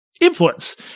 influence